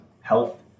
health